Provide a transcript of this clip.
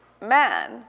man